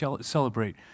celebrate